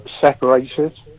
separated